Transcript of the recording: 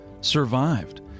survived